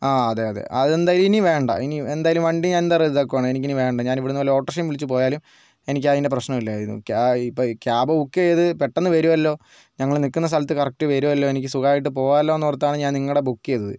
ആ അതെ അതെ അതെന്തായാലും ഇനി വേണ്ട ഇനി എന്തായാലും വണ്ടി ഞാനിതാ റദ്ദാക്കുവാണ് എനിക്കിനി വേണ്ട ഞാൻ ഇവിടെന്ന് വല്ല ഓട്ടോർഷേം വിളിച്ച് പോയാലും എനിക്കതിന്റെ പ്രശ്നം ഇല്ലായിരുന്നു ക്യാ ഇപ്പം ഈ ക്യാബ് ബുക്ക് ചെയ്ത് പെട്ടന്ന് വരുമല്ലോ ഞങ്ങൾ നിൽക്കുന്ന സ്ഥലത്ത് കറക്ട് വരൂല്ലോ എനിക്ക് സുഖമായിട്ട് പോകാല്ലോ എന്നോർത്താണ് ഞാൻ നിങ്ങളുടെ ബുക്ക് ചെയ്തത്